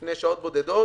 לפני שעות בודדות